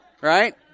right